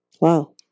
Wow